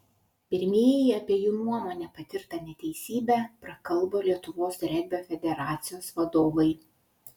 pirmieji apie jų nuomone patirtą neteisybę prakalbo lietuvos regbio federacijos vadovai